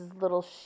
little